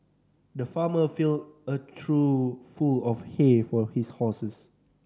the farmer filled a trough full of hay for his horses